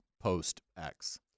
post-X